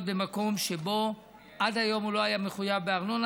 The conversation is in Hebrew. במקום שבו עד היום הוא לא היה מחויב בארנונה.